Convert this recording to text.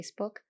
Facebook